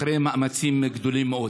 אחרי מאמצים גדולים מאוד.